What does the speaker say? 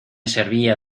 servía